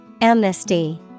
Amnesty